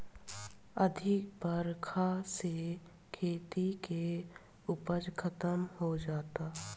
अधिका बरखा से खेती के उपज खतम हो जाता